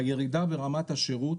הירידה ברמת השירות,